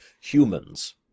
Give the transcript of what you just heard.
humans